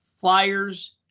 Flyers